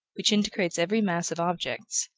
which integrates every mass of objects,